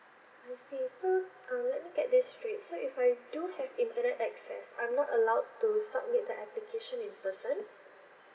I see so um let me get this straight so if I do have internet access I'm not allowed to submit the application in person